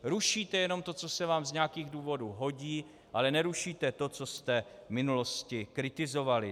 Rušíte jenom to, co se vám z nějakých důvodů hodí, ale nerušíte to, co jste v minulosti kritizovali.